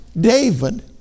David